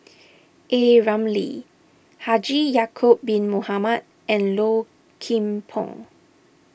A Ramli Haji Ya'Acob Bin Mohamed and Low Kim Pong